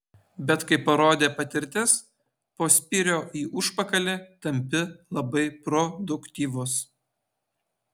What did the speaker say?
bet kaip parodė patirtis po spyrio į užpakalį tampi labai produktyvus